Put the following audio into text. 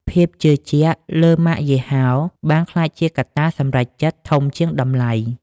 ភាពជឿជាក់លើ "ម៉ាកយីហោ" បានក្លាយជាកត្តាសម្រេចចិត្តធំជាងតម្លៃ។